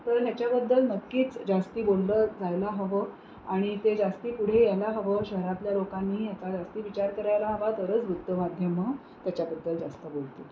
तर ह्याच्याबद्दल नक्कीच जास्त बोललं जायला हवं आणि ते जास्त पुढे यायला हवं शहरातल्या लोकांनी याचा जास्त विचार करायला हवा तरच वृत्तमाध्यमं त्याच्याबद्दल जास्त बोलतील